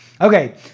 Okay